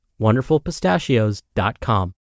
WonderfulPistachios.com